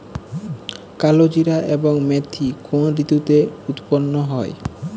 কালোজিরা এবং মেথি কোন ঋতুতে উৎপন্ন হয়?